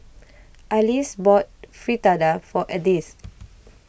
Alyse bought Fritada for Edith